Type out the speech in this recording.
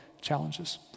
challenges